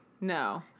No